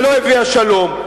ולא הביאה שלום,